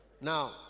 now